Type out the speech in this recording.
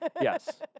Yes